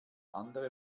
andere